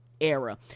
era